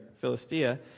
Philistia